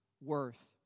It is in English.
worth